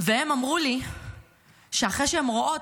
והן אמרו לי שאחרי שהן רואות,